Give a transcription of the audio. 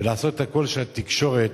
ולעשות הכול שהתקשורת,